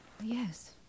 Yes